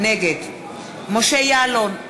נגד משה יעלון,